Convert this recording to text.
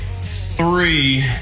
three